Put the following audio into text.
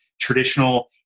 traditional